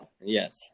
yes